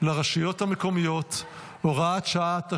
לרשויות המקומיות (הוראת שעה),